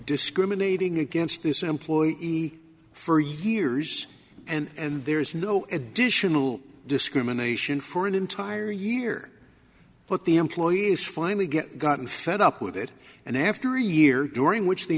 discriminating against this employee for years and there's no additional discrimination for an entire year but the employees finally get gotten fed up with it and after a year during which the